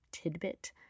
tidbit